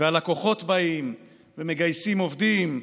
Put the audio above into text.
והלקוחות באים ומגייסים עובדים,